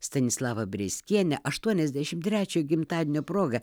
stanislava breskienė aštuoniasdešimt trečiojo gimtadienio proga